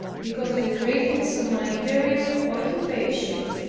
because the greatness of my interior occupation,